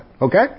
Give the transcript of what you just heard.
Okay